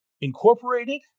incorporated